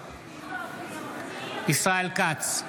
נגד ישראל כץ,